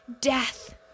death